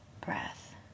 breath